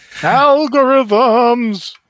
Algorithms